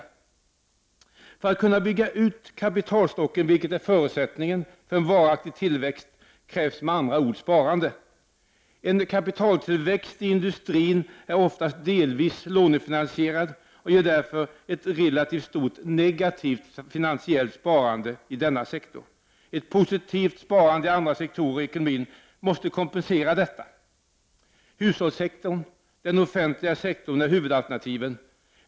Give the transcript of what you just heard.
För att man skall kunna bygga ut kapitalstocken, vilket är förutsättningen för varaktig tillväxt, krävs med andra ord sparande. En kapitaltillväxt i industrin är oftast delvis lånefinansierad och ger därför ett relativt stort negativt finansiellt sparande i denna sektor. Ett positivt sparande i andra sektorer i ekonomin måste kompensera detta. Hushållssektorn och den offentliga sektorn är huvudalternativen.